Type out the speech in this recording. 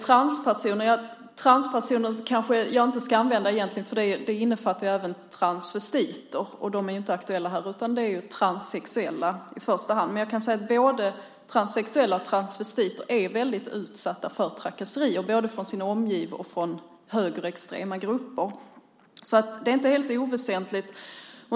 Begreppet transpersoner kanske jag inte ska använda här, för det innefattar även transvestiter, och de är ju inte aktuella här, utan detta handlar om transsexuella i första hand. Men både transsexuella och transvestiter är väldigt utsatta för trakasserier både från sin omgivning och från högerextrema grupper. Det är inte helt oväsentligt.